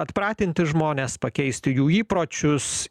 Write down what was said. atpratinti žmones pakeisti jų įpročius